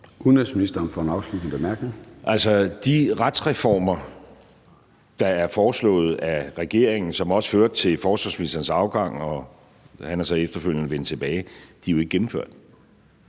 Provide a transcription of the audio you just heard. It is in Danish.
Udenrigsministeren (Lars Løkke Rasmussen): Altså, de retsreformer, der er foreslået af regeringen, og som også førte til forsvarsministerens afgang – han er så efterfølgende vendt tilbage – er jo ikke gennemført.